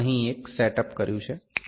મેં અહીં એક સેટ અપ કર્યું છે